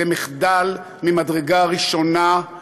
זה מחדל ממדרגה ראשונה,